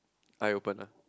I open ah